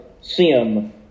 sim